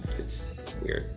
it's weird.